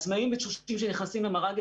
עצמאיים ותשושים שנכנסים למר"גים,